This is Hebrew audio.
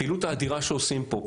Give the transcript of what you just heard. הפעילות האדירה שעושים פה,